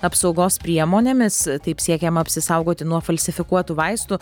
apsaugos priemonėmis taip siekiama apsisaugoti nuo falsifikuotų vaistų